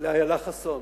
לאיילה חסון,